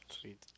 sweet